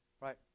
Right